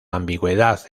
ambigüedad